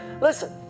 Listen